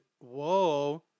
whoa